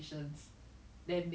orh true true true